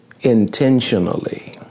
intentionally